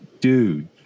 dude